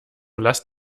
lasst